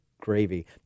Gravy